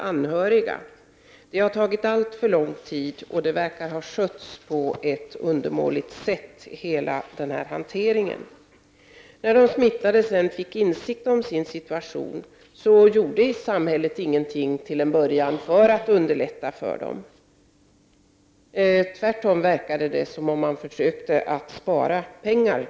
Hela den här hanteringen har tagit alltför lång tid, och den verkar ha skötts på ett undermåligt sätt. När de smittade fick insikt om sin situation gjorde samhället till en början ingenting för att underlätta för dem. Tvärtom verkade det som om man den gången försökte spara pengar.